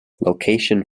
location